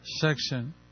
section